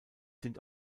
sind